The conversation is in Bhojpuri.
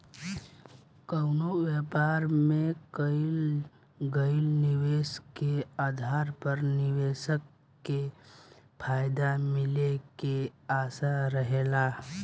कवनो व्यापार में कईल गईल निवेश के आधार पर निवेशक के फायदा मिले के आशा रहेला